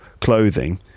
clothing